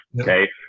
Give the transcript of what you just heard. okay